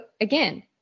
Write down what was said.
again